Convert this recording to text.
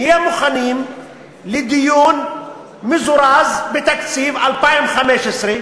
נהיה מוכנים לדיון מזורז על תקציב 2015,